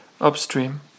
upstream